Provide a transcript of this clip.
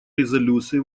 резолюции